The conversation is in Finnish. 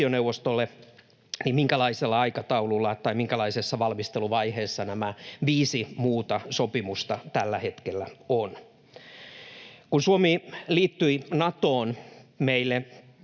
tai minkälaisessa valmisteluvaiheessa nämä viisi muuta sopimusta tällä hetkellä ovat? Kun Suomi liittyi Natoon, meille